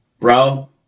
Bro